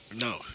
No